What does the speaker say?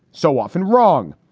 so often wrong.